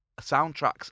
soundtracks